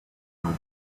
view